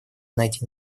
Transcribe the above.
найти